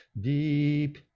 deep